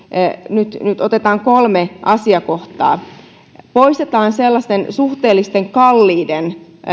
nyt nyt otetaan etenkin kolme asiakohtaa poistetaan suhteellisen kalliiden